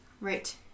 right